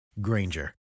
Granger